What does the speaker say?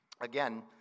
Again